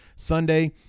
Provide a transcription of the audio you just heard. Sunday